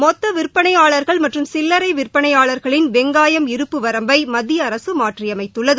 மொத்தவிற்பனையாளர்கள் சில்லரைவிற்பனையாளர்களினவெங்காயம் மற்றும் இருப்பு வரம்பைமத்திய அரசுமாற்றியமைத்துள்ளது